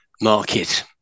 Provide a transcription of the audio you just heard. market